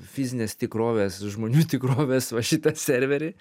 fizinės tikrovės žmonių tikrovės va šitą serverį